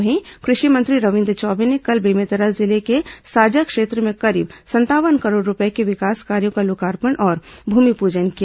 वहीं कृषि मंत्री रविन्द्र चौबे ने कल बेमेतरा जिले के साजा क्षेत्र में करीब संतावन करोड़ रूपए के विकास कार्यो का लोकार्पण और भूमिपूजन किया